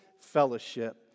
fellowship